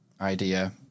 idea